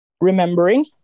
remembering